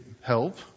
help